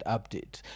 Update